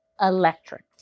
electric